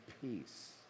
peace